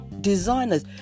designers